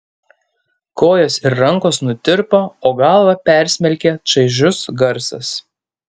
kojos ir rankos nutirpo o galvą persmelkė čaižus garsas